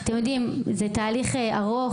זה תהליך ארוך,